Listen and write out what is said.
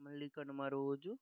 మళ్ళీ కనుమ రోజు